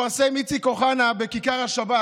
איציק אוחנה מפרסם בכיכר השבת